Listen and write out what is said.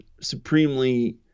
supremely